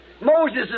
Moses